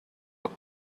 look